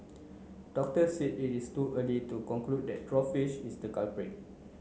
doctors said it is too early to conclude that draw fish is the culprit